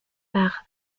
par